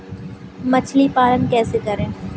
मछली पालन कैसे करें?